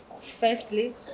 firstly